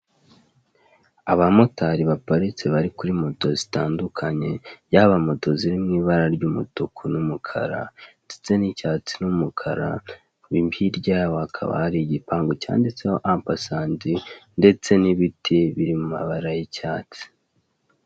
Abamotari baparitse bari kuri moto zitandukanye. Yaba moto ziri mu ibara ry'umutuku n'umukara ndetse n'icyatsi n'umukara. Hirya yabo hakaba hari igipangu cyanditseho ampasanti, ndetse n'ibiti biri mu mabara y'icyatsi.